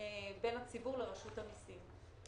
בין הציבור לרשות המיסים.